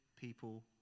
people